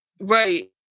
Right